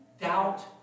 doubt